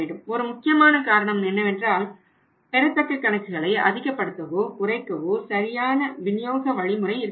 ஒரு முக்கியமான காரணம் என்னவென்றால் பெறத்தக்க கணக்குகளை அதிகப்படுத்தவோ குறைக்கவோ சரியான விநியோக வழிமுறை இருக்க வேண்டும்